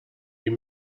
you